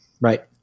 Right